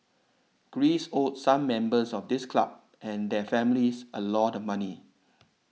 Greece owed some members of this club and their families a lot money